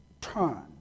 turn